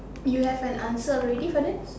you have an answer already for this